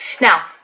Now